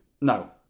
no